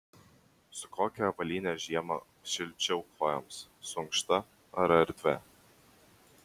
su kokia avalyne žiemą šilčiau kojoms su ankšta ar erdvia